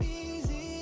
easy